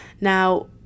Now